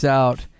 out